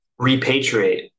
repatriate